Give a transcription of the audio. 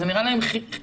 זאת נראית להן הכלה